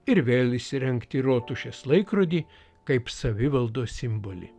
ir vėl įsirengti rotušės laikrodį kaip savivaldos simbolį